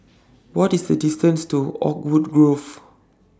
What IS The distance to Oakwood Grove